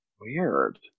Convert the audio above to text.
Weird